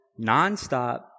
nonstop